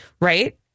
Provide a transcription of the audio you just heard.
Right